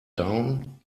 down